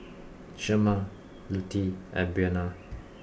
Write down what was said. Shemar Lutie and Buena